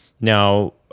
Now